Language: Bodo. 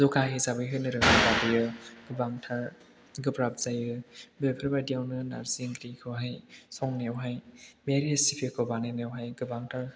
जखा हिसाबै होनो रोङाब्ला बेयो गोबांथार गोब्राब जायो बेफोरबादियावनो नारजि ओंख्रिखौहाय संनायावहाय बे रेसिपिखौ बानायनायावहाय गोबांथार